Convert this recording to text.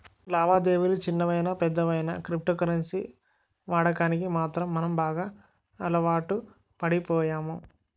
లావాదేవిలు చిన్నవయినా పెద్దవయినా క్రిప్టో కరెన్సీ వాడకానికి మాత్రం మనం బాగా అలవాటుపడిపోయాము